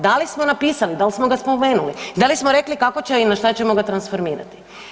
Da li smo napisali, dal smo ga spomenuli, da li smo rekli kako će i na šta ćemo ga transformirati?